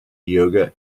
yoga